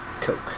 Coke